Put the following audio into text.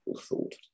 thought